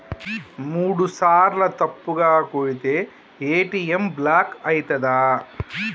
మూడుసార్ల తప్పుగా కొడితే ఏ.టి.ఎమ్ బ్లాక్ ఐతదా?